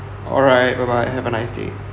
alright bye bye have a nice day